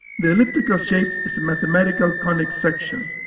the elliptical shape is a mathematical conic section.